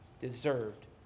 deserved